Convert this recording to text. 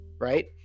right